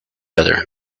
other